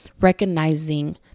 recognizing